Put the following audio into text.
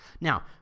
Now